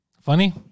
funny